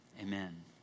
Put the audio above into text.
Amen